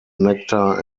nectar